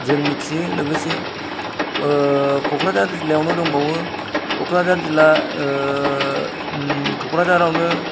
जों मिथियो लोगोसे क'क्राझार जिल्लायावनो दंबावो क'क्राझार जिल्ला क'क्राझारावनो